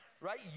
Right